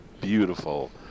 beautiful